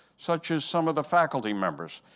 such as some of the faculty members.